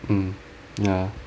mm ya